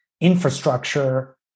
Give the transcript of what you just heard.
infrastructure